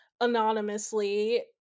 anonymously